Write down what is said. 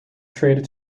traded